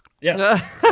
Yes